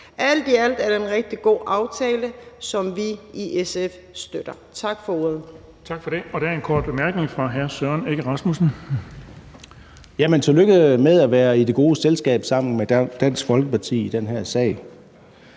Alt i alt er det en rigtig god aftale, som vi i SF støtter. Tak for ordet.